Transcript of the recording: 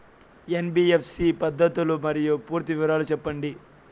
NBFC పద్ధతులు మరియు పూర్తి వివరాలు సెప్పండి?